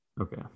Okay